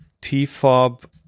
T-Fob